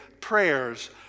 prayers